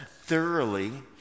thoroughly